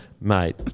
Mate